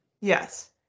Yes